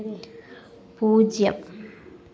പൂജ്യം